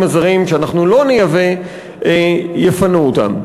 הזרים שאנחנו לא נייבא יפנו אותם.